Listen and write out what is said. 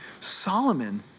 Solomon